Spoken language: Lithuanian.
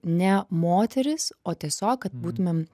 ne moteris o tiesiog kad būtumėm